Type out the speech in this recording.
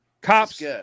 cops